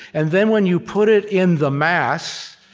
and then, when you put it in the mass,